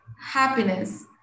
happiness